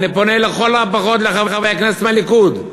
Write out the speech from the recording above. אני פונה, לכל הפחות, לחברי הכנסת מהליכוד: